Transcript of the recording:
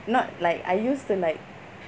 not like I used to like